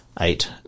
eight